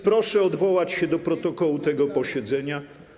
Proszę odnieść się do protokołu tego posiedzenia.